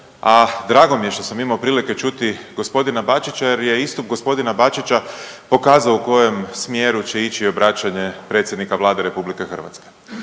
a drago mi je što sam imao prilike čuti g. Bačića jer je istup g. Bačića pokazuje u kojem smjeru će ići obraćanje predsjednika Vlade RH, a